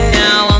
now